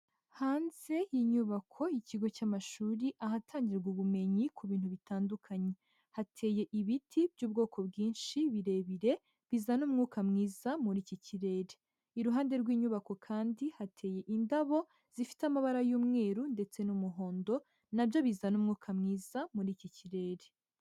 Hanze y'inyubako y'ikigo cy'amashuri, ahatangirwa ubumenyi ku bintu bitandukanye. Hateye ibiti by'ubwoko bwinshi, birebire, bizana umwuka mwiza muri iki kirere. Iruhande rw'inyubako kandi hateye indabo zifite amabara y'umweru ndetse n'umuhondo na byo bizana umwuka mwiza muri iki kirere.